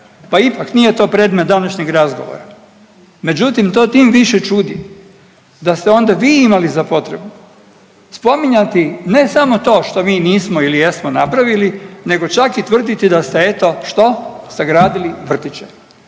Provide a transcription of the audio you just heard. pa ipak nije to predmet današnjeg razgovora, međutim to tim više čudi da ste onda vi imali za potrebu spominjati ne samo što mi nismo ili jesmo napravili nego čak i tvrditi da ste eto što, sagradili vrtiće,